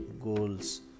goals